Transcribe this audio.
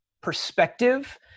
perspective